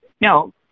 no